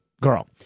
girl